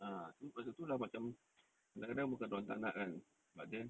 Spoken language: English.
ah tu macam tu lah kadang-kadang bukan dua orang tak nak kan but then